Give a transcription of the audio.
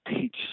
teach